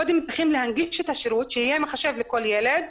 קודם צריכים להנגיש את השרות, שיהיה מחשב לכל ילד,